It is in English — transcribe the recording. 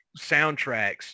soundtracks